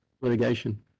litigation